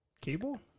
Cable